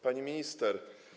Pani Minister!